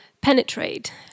penetrate